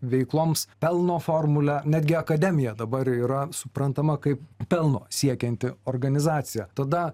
veikloms pelno formulę netgi akademija dabar yra suprantama kaip pelno siekianti organizacija tada